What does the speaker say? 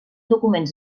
documents